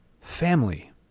family